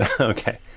Okay